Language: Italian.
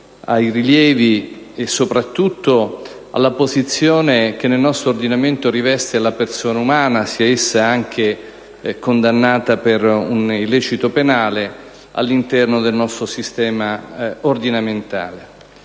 ai rilievi e, soprattutto, alla posizione che nel nostro ordinamento riviste la persona umana, sia essa anche condannata per un illecito penale. Si è discuto sulla funzione